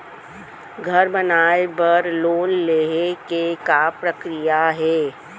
घर बनाये बर लोन लेहे के का प्रक्रिया हे?